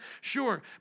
Sure